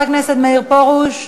חבר הכנסת מאיר פרוש,